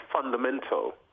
fundamental